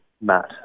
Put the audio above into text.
Matt